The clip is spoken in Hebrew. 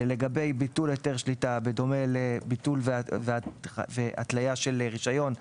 לגבי ביטול היתר שליטה: בדומה לביטול והתליה של רישיון,